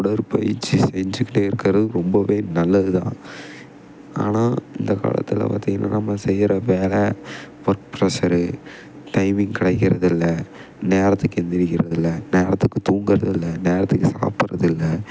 உடற்பயிற்சி செஞ்சுக்கிட்டே இருக்கிறது ரொம்பவே நல்லதுதான் ஆனால் இந்த காலத்தில் பார்த்திங்கன்னா நம்ம செய்கிற வேலை ஒர்க் ப்ரெஷ்ஷரு டைமிங் கிடைக்கிறது இல்லை நேரத்துக்கு எழுந்திரிக்கிறது இல்லை நேரத்துக்கு தூங்குறதும் இல்லை நேரத்துக்கு சாப்பிடுறது இல்லை